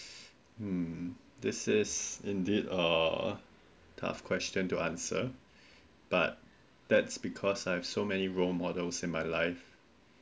um this is indeed a tough question to answer but that's because uh so many role models in my life